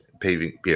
paving